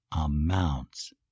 amounts